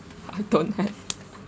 I don't have